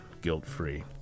guilt-free